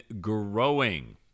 growing